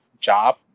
job